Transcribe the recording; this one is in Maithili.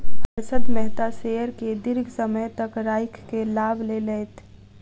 हर्षद मेहता शेयर के दीर्घ समय तक राइख के लाभ लेलैथ